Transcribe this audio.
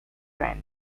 trend